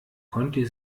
konnte